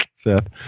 Seth